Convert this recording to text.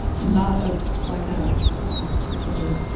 not a like, a a what's the word?